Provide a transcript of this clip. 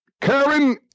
Karen